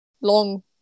long